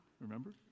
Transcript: remember